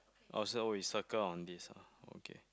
oh so we circle on this ah okay